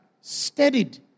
steadied